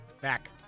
Back